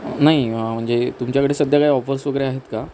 नाही म्हणजे तुमच्याकडे सध्या काही ऑफर्स वगैरे आहेत का